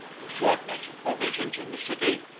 the shortness of provisions in the city,